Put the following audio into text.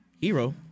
hero